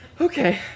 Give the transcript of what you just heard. Okay